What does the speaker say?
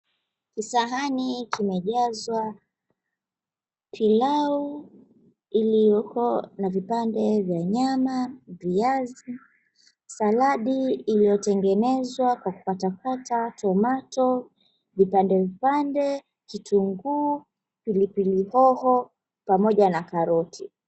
Kisahani kimejazwa pilau iliyokuwa na vipande vya nyama, viazi, saladi iliyotengenezwa kwa kukatakata tomato vipande vipande, kitunguu pilipili hoho, pamoja na karoti.